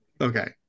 Okay